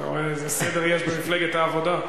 אתה רואה, איזה סדר יש במפלגת העבודה.